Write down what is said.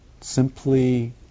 Simply